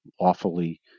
lawfully